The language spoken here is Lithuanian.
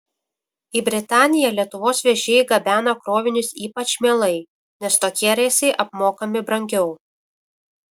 į britaniją lietuvos vežėjai gabena krovinius ypač mielai nes tokie reisai apmokami brangiau